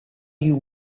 you